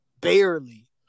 Barely